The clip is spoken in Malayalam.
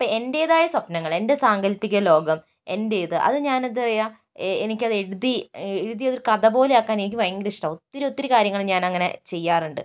അപ്പോൾ എന്റേതായ സ്വപ്നങ്ങള് എൻ്റെ സാങ്കല്പിക ലോകം എന്റേത് അത് ഞാനെന്താ പറയുക എനിക്കത് എഴുതി എഴുതിയത് കഥപോലെയാക്കാൻ എനിക്ക് ഭയങ്കര ഇഷ്ടമാണ് ഒത്തിരി ഒത്തിരി കാര്യങ്ങള് ഞാനങ്ങനെ ചെയ്യാറുണ്ട്